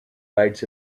lights